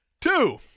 two